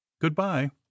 Goodbye